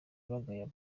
bagaya